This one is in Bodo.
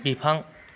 बिफां